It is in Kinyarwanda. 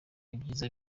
ibyiza